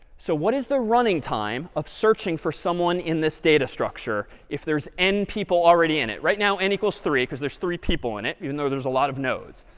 so what is the running time of searching for someone in this data structure if there's n people already in it? right now n equals three because there's three people in it, even though there's a lot of nodes.